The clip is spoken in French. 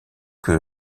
que